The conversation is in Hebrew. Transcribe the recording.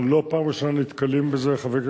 זו לא פעם ראשונה של "בישול"